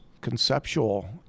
conceptual